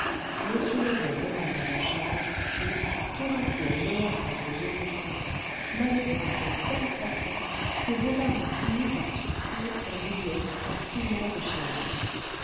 m lheureux revint à la charge et tour à tour menaçant et gémissant manoeuvra de telle façon que bovary finit par souscrire un billet à six mois d'échéance